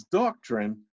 doctrine